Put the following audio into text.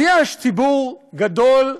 אז יש ציבור גדול,